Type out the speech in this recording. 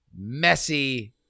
messy